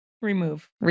remove